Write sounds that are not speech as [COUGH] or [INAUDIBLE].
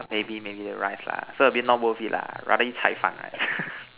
maybe maybe the rice lah so a bit not worth it lah I rather eat cai fan lah [LAUGHS]